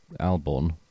Albon